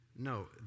No